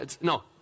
No